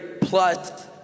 plus